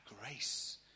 grace